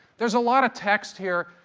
there's a lot of texts here,